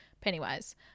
Pennywise